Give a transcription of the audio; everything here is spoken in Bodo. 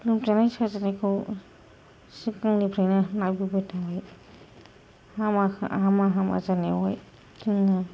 लोमजानाय साजानायखौ सिगांनिफ्रायनो नायबोबाय थानाय हामा हामा जानायावहाय जोंहा